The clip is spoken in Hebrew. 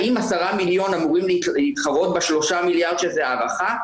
האם 10 מיליון אמורים להתחרות ב-3 מיליארד שזה הערכה?